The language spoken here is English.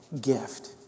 gift